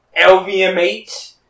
LVMH